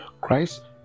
Christ